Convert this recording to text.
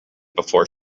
before